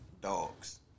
Dogs